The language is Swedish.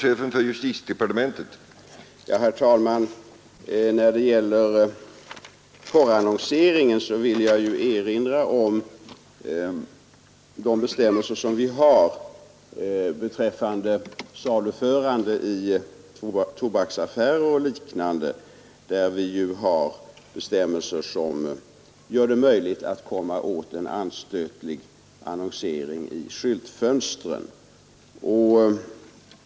Herr talman! När det gäller porrannonseringen vill jag erinra om de bestämmelser som vi har beträffande saluförande i tobaksaffärer och liknande och som gör det möjligt att komma åt en anstötlig annonsering i skyltfönstren.